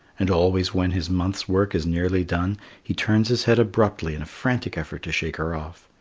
and always when his month's work is nearly done he turns his head abruptly in a frantic effort to shake her off,